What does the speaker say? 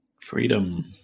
Freedom